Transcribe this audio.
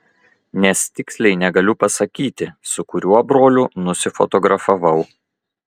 nes tiksliai negaliu pasakyti su kuriuo broliu nusifotografavau